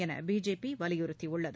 எனபிஜேபிவலியுறுத்தியுள்ளது